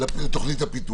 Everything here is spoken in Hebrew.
לתוכנית הפיתוח?